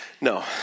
No